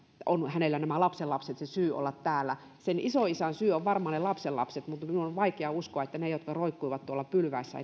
hänellä lapsenlapset ovat se syy olla täällä sen isoisän syy on varmaan ne lapsenlapset mutta minun on on vaikea uskoa että niiden jotka roikkuivat tuolla pylväissä